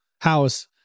house